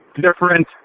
different